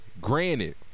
Granted